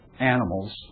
animals